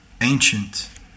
Ancient